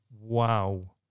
Wow